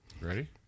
Ready